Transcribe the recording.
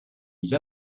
mise